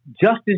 justice